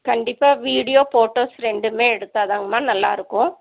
கண்டிப்பாக video photos ரெண்டுமே எடுத்தாதாங்கம்மா நல்லாருக்கும்